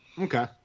Okay